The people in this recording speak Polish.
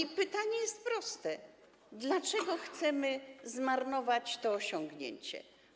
I pytanie jest proste: Dlaczego chcemy zmarnować to osiągnięcie?